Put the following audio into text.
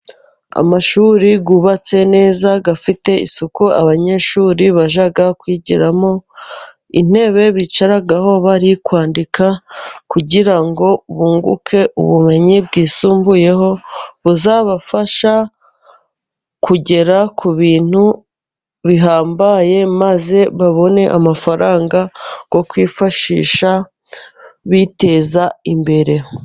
Amashuri yubatse neza afite isuku, abanyeshuri bajya kwigiramo, intebe bicaraho bari kwandika, kugira ngo bunguke ubumenyi bwisumbuyeho, buzabafasha kugera ku bintu bihambaye, maze babone amafaranga yo kwifashisha biteza imbere.